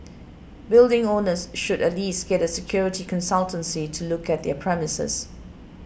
building owners should at least get a security consultancy to look at their premises